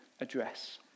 address